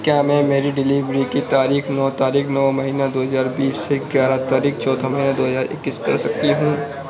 کیا میں میری ڈیلیوری کی تاریخ نو تاریخ نو مہینہ دو ہزار بیس سے گیارہ تاریخ چوتھا مہینہ دو ہزار اکیس کر سکتی ہوں